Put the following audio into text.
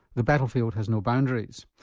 the battlefield has no boundaries.